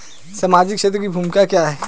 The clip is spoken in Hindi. सामाजिक क्षेत्र की भूमिका क्या है?